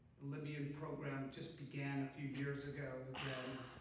the libyan program just began a few years ago, again.